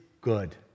good